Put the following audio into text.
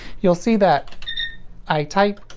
you'll see that i type